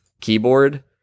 keyboard